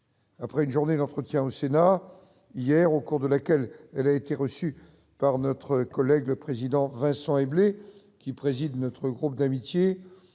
Après une journée d'entretiens au Sénat hier, au cours de laquelle elle a été reçue par notre collègue Vincent Éblé, qui préside notre groupe d'amitié